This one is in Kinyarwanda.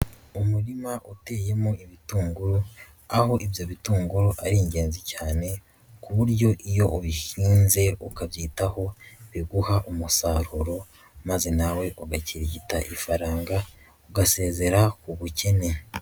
Umurima uteyemo ibitunguru aho ibyo bitunguru ari ingenzi cyane ku buryo iyo ubihinze ukabyitaho, biguha umusaruro maze nawe ugakirigita ifaranga ugasezera ku bukene.